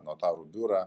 notarų biurą